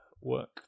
work